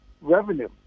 revenue